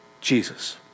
Jesus